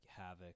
havoc